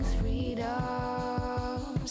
freedom